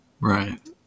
right